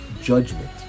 judgment